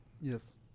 yes